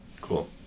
Cool